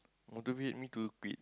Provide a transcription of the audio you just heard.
motivate me to quit